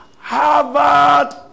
Harvard